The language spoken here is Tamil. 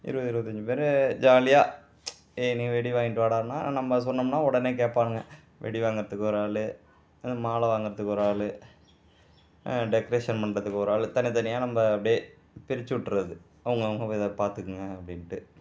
இருபது இருபத்தஞ்சு பேரு ஜாலியாக ஏ நீ வெடி வாங்கிட்டு வாடானா நம்ம சொன்னோம்னா உடனே கேட்பாங்க வெடி வாங்குகிறதுக்கு ஒரு ஆளு மாலை வாங்குகிறதுக்கு ஒரு ஆளு டெக்கரேஷன் பண்ணுறதுக்கு ஒரு ஆளு தனி தனியாக நம்ம அப்படே பிரிச்சு விட்றது அவங்க அவங்க இதை பார்த்துக்குங்க அப்படின்ட்டு